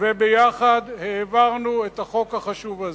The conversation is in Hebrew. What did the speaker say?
ויחד העברנו את החוק החשוב הזה.